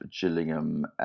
Gillingham